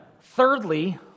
Thirdly